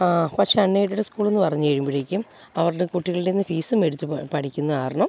പക്ഷേ unaided സ്കൂളെന്ന് പറഞ്ഞ് കഴിയുമ്പോഴേക്കും അവരുടെ കുട്ടികളുടേന്ന് ഫീസും മേടിച്ച് പഠിപ്പിക്കുന്നതു കാരണം